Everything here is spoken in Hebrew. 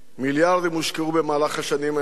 מיליארדים הושקעו במהלך השנים האלה,